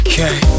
Okay